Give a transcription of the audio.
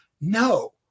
No